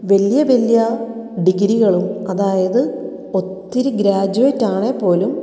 വലിയ വലിയ ഡിഗ്രികളും അതായത് ഒത്തിരി ഗ്രാജുവേറ്റ് ആണേൽപ്പോലും